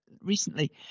recently